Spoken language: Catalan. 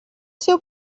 seu